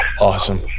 Awesome